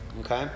Okay